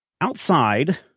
outside